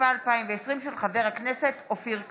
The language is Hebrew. התשפ"א 2020, של חבר הכנסת אופיר כץ.